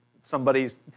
somebody's